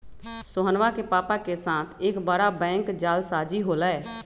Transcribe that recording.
सोहनवा के पापा के साथ एक बड़ा बैंक जालसाजी हो लय